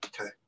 okay